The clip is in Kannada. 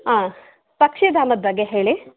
ಹಾಂ ಪಕ್ಷಿಧಾಮದ ಬಗ್ಗೆ ಹೇಳಿ